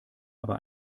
aber